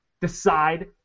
Decide